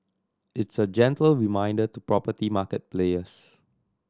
it's a gentle reminder to property market players